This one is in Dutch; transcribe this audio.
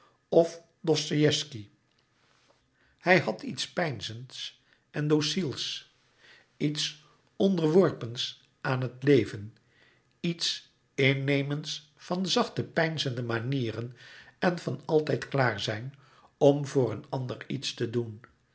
of dostoiewsky hij had iets peinzends en dociels iets onderworpens aan het leven iets innemends van zachte peinzende manieren en van altijd klaarzijn om voor een ander iets te doen